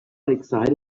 excited